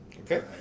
Okay